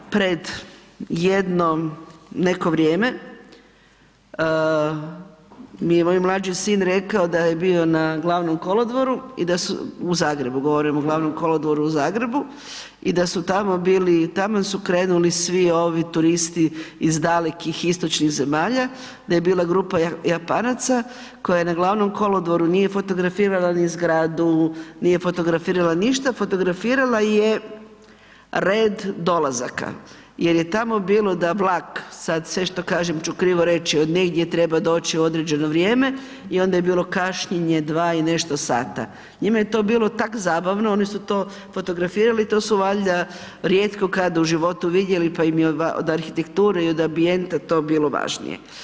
Pred jedno neko vrijeme mi je moj mlađi sin rekao da je bio na Glavnom kolodvoru, u Zagrebu govorim, o Glavnom kolodvoru u Zagrebu, i da su tamo bili, i tamu su krenuli svi ovi turisti iz dalekih istočnih zemalja, da je bila grupa Japanaca koja na glavnom kolodvoru nije fotografirala ni zgradu, nije fotografirala ništa, fotografirala je red dolazaka jer je tamo bilo da vlak, sad sve što kažem ću krivo reći, od negdje treba doći u određeno vrijeme i onda je bilo kašnjenje dva i nešto sata, njima je to bilo tak zabavno, oni su to fotografirali, to su valjda rijetko kad u životu vidjeli, pa im je od arhitekture i od ambijenta to bilo važnije.